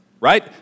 right